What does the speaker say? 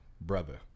brother